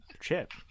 chip